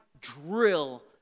drill